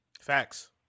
Facts